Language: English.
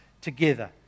together